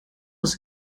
was